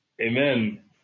Amen